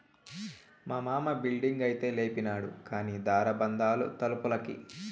మా మామ బిల్డింగైతే లేపినాడు కానీ దార బందాలు తలుపులకి